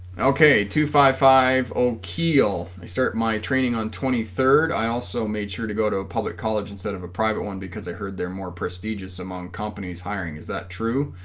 okay two fifty five oki'll i start my training on twenty third i also made sure to go to public college instead of a private one because i heard they're more prestigious among companies hiring is that true